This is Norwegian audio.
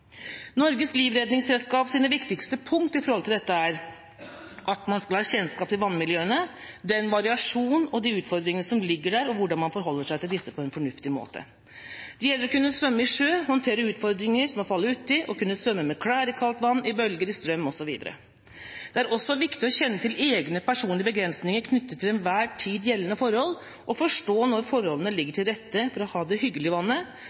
viktigste punkt til dette er at man skal ha kjennskap til vannmiljøene – den variasjon og de utfordringene som ligger der, og hvordan man forholder seg til disse på en fornuftig måte det gjelder å kunne svømme i sjø, håndtere utfordringer som å falle uti, å kunne svømme med klær i kaldt vann, i bølger, i strøm osv. det også er viktig å kjenne til egne, personlige begrensninger knyttet til de til enhver tid gjeldende forhold og forstå når forholdene ligger til rette for å ha det hyggelig i vannet,